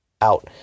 out